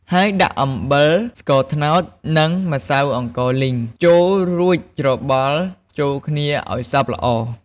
ហើយ ដាក់ អំបិល ស្ករត្នោត និង ម្សៅអង្ករលីង ចូល រួចច្របល់ចូលគ្នាឱ្យសព្វល្អ។